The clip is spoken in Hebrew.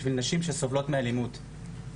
בשביל נשים שסובלות מאלימות.